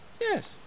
yes